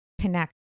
connect